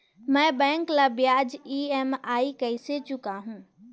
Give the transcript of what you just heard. मैं बैंक ला ब्याज ई.एम.आई कइसे चुकाहू?